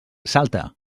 salta